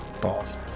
Balls